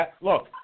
Look